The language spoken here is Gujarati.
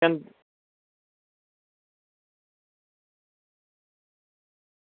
કેમ